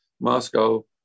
Moscow